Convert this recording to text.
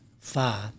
far